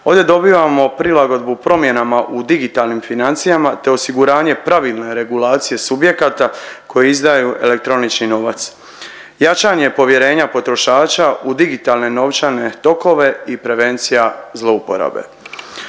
ovdje dobivamo prilagodbu promjenama u digitalnim financijama te osiguranje pravilne regulacije subjekata koji izdaju elektronični novac. Jačanje povjerenja potrošača u digitalne novčane tokove i prevencija zlouporabe.